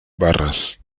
barras